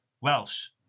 welsh